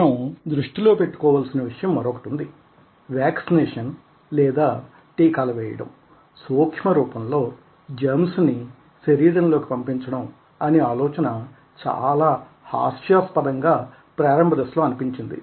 మన దృష్టి లో పెట్టుకోవాల్సిన విషయం మరొకటి ఉంది వ్యాక్సినేషన్ లేదా టీకాలు వేయడం సూక్ష్మ రూపంలో జెర్మ్స్ ని శరీరంలోనికి పంపించడం అనే ఆలోచన చాలా హాస్యాస్పదంగా ప్రారంభ దశలో అనిపించింది